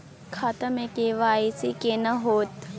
खाता में के.वाई.सी केना होतै?